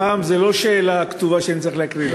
הפעם זו לא שאלה כתובה שאני צריך להקריא לה.